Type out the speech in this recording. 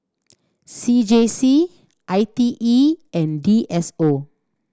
C J C I T E and D S O